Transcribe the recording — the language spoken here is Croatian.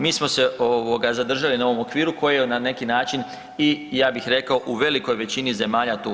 Mi smo se zadržali na ovom okviru koji je na neki način i ja bih rekao u velikoj većini zemalja tu.